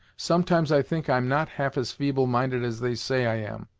sometimes i think i'm not half as feeble minded as they say i am.